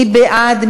מי בעד?